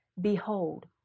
Behold